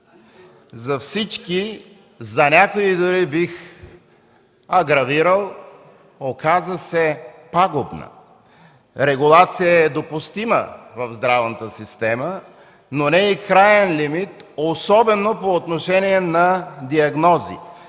за всички, за някои дори бих агравирал – оказа се пагубна. Регулация е допустима в здравната система, но не и краен лимит, особено по отношение на диагнози.